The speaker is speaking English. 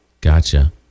Gotcha